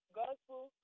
gospel